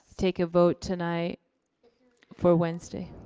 take a vote tonight for wednesday? a